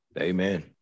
Amen